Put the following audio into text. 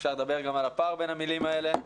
אפשר לדבר גם על הפער בין המילים האלה.